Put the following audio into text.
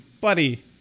buddy